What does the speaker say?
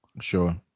Sure